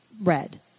red